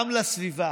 גם לסביבה,